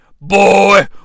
Boy